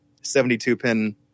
72-pin